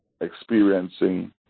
experiencing